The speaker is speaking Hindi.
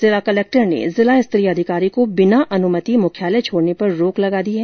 इस बीच सीकर में जिला कलेक्टर ने जिला स्तरीय अधिकारी को बिना अनुमति मुख्यालय छोडने पर रोक लगा दी है